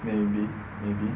maybe maybe